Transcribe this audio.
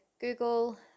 Google